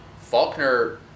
Faulkner